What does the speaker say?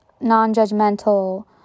Non-judgmental